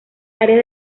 áreas